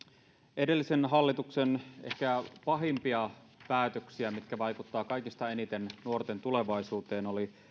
edellisen hallituksen ehkä pahimpia päätöksiä mitkä vaikuttavat kaikista eniten nuorten tulevaisuuteen oli